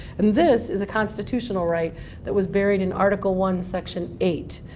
and this is a constitutional right that was buried in article one, section eight.